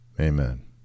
Amen